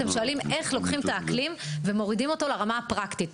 אתם שואלים איך לוקחים את האקלים ומורידים אותו לרמה הפרקטית.